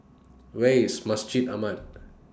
Where IS Masjid Ahmad